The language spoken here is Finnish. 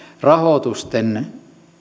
rahoitusten